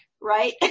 right